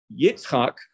Yitzchak